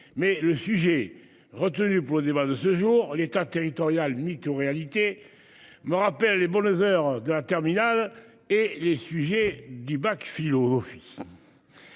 Mais le sujet retenu pour le débat de ce jour, l'État territorial ni réalité. Me rappelle les Bonnesoeur d'un terminal et les sujets du bac philo.